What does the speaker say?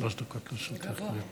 שלוש דקות לרשותך, גברתי.